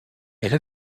elle